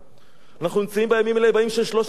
אנחנו נמצאים בימים האלה בימים של שלושת השבועות,